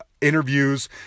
interviews